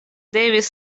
devis